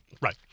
Right